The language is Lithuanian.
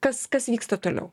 kas kas vyksta toliau